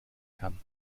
kann